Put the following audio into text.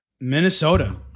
Minnesota